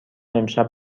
امشب